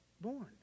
born